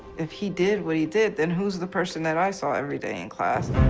if he did what he did, then who's the person that i saw every day in class?